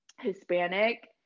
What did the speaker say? Hispanic